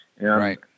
Right